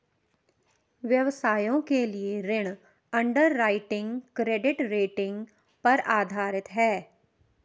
व्यवसायों के लिए ऋण अंडरराइटिंग क्रेडिट रेटिंग पर आधारित है